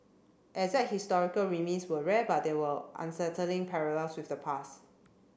exact historical were rare but there were unsettling parallels with the past